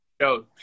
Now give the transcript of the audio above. show